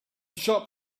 shop